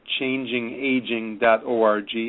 changingaging.org